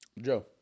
Joe